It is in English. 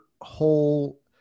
whole